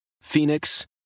Phoenix